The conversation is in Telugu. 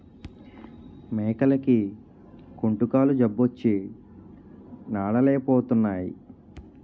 మేకలకి కుంటుకాలు జబ్బొచ్చి నడలేపోతున్నాయి